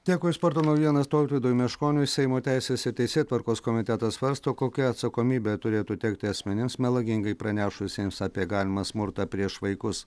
dėkui už sporto naujienas tautvydui meškoniui seimo teisės ir teisėtvarkos komitetas svarsto kokia atsakomybė turėtų tekti asmenims melagingai pranešusiems apie galimą smurtą prieš vaikus